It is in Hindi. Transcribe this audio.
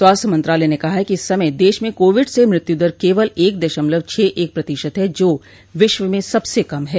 स्वास्थ्य मंत्रालय ने कहा है इस समय देश में कोविड से मृत्यूदर केवल एक दशमलव छह एक प्रतिशत है जो विश्व में सबसे कम है